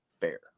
fair